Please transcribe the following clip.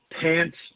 Pants